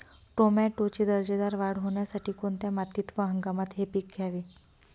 टोमॅटोची दर्जेदार वाढ होण्यासाठी कोणत्या मातीत व हंगामात हे पीक घ्यावे?